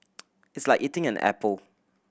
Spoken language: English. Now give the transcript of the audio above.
it's like eating an apple